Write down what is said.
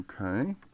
Okay